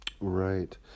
right